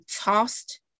tossed